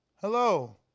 Hello